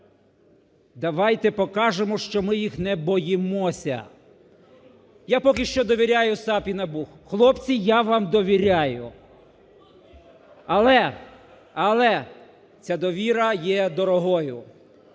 Давайте покажемо, що ми їх не боїмося. Я поки що довіряю САП і НАБУ. Хлопці, я вам довіряю! Але, але ця довіра є дорогою.